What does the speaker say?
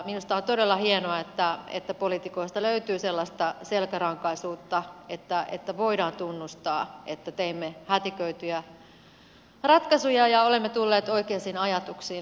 minusta on todella hienoa että poliitikoista löytyy sellaista selkärankaisuutta että voidaan tunnustaa että teimme hätiköityjä ratkaisuja ja olemme tulleet oikeisiin ajatuksiin